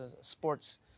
sports